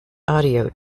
audio